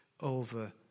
over